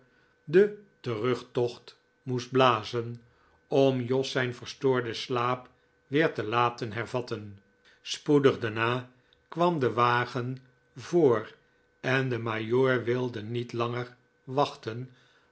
den terugtocht moest blazen om jos zijn verstoorden slaap weer te laten hervatten spoedig daarna kwam de wagen voor en de rnajoor wilde niet langer wachten